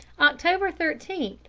october thirteen,